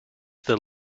the